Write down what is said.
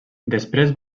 després